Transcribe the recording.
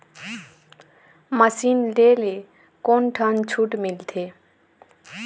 Machine ले ले कोन ठन छूट मिलथे?